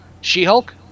She-Hulk